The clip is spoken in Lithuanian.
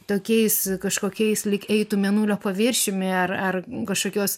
tokiais kažkokiais lyg eitų mėnulio paviršiumi ar ar kažkokios